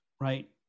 Right